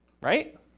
right